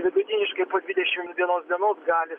vidutiniškai po dvidešim vienos dienos gali